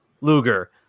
Luger